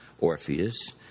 Orpheus